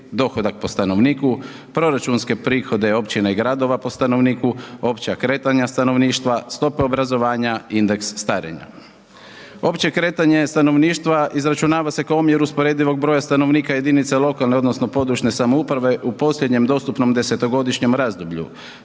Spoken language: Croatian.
dohodak po stanovniku, proračunske prihode općine i gradova po stanovnika, opća kretanja stanovništva, stope obrazovanja i indeks starenja. Opće kretanje stanovništva izračunava se kao omjer usporedivog broja stanovnika jedinice lokalne odnosno područne samouprave u posljednjem dostupnom desetogodišnjem razdoblju,